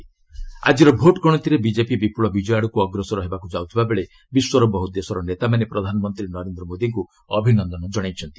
result reaction ଆଜିର vote ଗଣତିରେ BJP ବିପୁଳ ବିଜୟ ଆଡ଼କୁ ଅଗ୍ରସର ହେବାକୁ ଯାଉଥିବା ବେଳେ ବିଶ୍ୱର ବହୁ ଦେଶର ନେତାମାନେ ପ୍ରଧାନମନ୍ତ୍ରୀ ନରେନ୍ଦ୍ର ମୋଦିଙ୍କୁ ଅଭିନନ୍ଦନ କଣାଇଛନ୍ତି